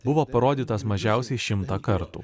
buvo parodytas mažiausiai šimtą kartų